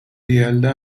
یلدا